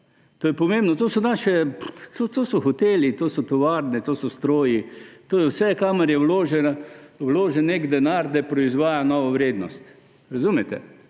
To je pomembno. To so naši …, to so hoteli, to so tovarne, to so stroji, to je vse, kamor je vložen nek denar, da proizvaja novo vrednost. Razumete?